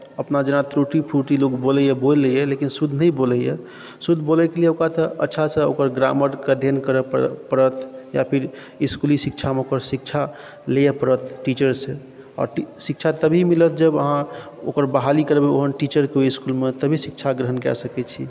अपना जेना टुटी फुटि लोक बोलैया बोलि लैया लेकिन शुद्धि नहि बोलैया शुद्ध बोलैके लिए ओकरा तऽ अच्छासँ ग्रामर के अध्ययन करऽ पड़त या फेर इसकुली शिक्षामे ओकर शिक्षा लिए पड़त टीचर से आओर शिक्षा तभी मिलत जब अहाँ ओकर बहाली करबै ओहन टीचर के ओहि इसकुलमे तभी शिक्षा ग्रहण कए सकै छी